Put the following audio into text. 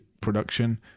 production